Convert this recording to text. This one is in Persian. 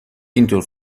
اینطور